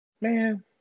man